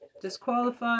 Disqualified